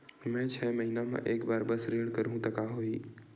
मैं छै महीना म एक बार बस ऋण करहु त का होही?